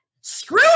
Screw